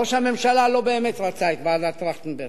ראש הממשלה לא באמת רצה את ועדת-טרכטנברג,